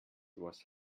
was